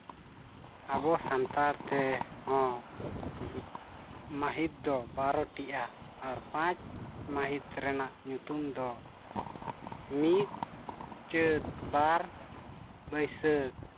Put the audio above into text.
ᱟᱵᱚ ᱥᱟᱱᱛᱟᱲ ᱛᱮ ᱦᱚᱸ ᱢᱟᱹᱦᱤᱛ ᱫᱚ ᱵᱟᱨᱳᱴᱤᱜᱼᱟ ᱯᱟᱸᱪ ᱢᱟᱹᱦᱤᱛ ᱨᱮᱱᱟᱜ ᱧᱩᱛᱩᱢ ᱫᱚ ᱢᱤᱫ ᱪᱟᱹᱛ ᱵᱟᱨ ᱵᱟᱹᱭᱥᱟᱹᱠᱷ